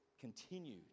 continue